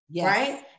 right